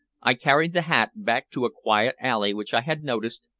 i carried the hat back to a quiet alley which i had noticed,